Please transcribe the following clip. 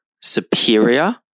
superior